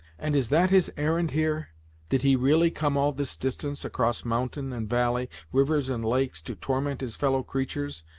and is that his errand, here did he really come all this distance, across mountain, and valley, rivers and lakes, to torment his fellow creatures,